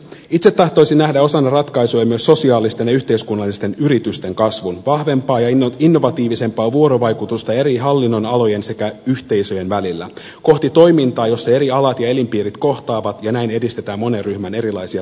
itse tahtoisin nähdä osana ratkaisuja myös sosiaalisten ja yhteiskunnallisten yritysten kasvun vahvempaa ja innovatiivisempaa vuorovaikutusta eri hallinnonalojen sekä yhteisöjen välillä kohti toimintaa jossa eri alat ja elinpiirit kohtaavat ja näin edistetään monen ryhmän erilaisia tarpeita